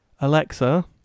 Alexa